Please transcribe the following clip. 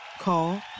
Call